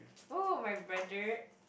oh my brother